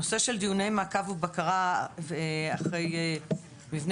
נושא של דיוני מעקב ובקרה אחרי מבנים